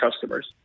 customers